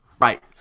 Right